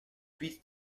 huit